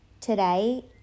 today